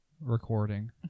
recording